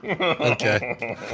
Okay